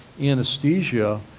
anesthesia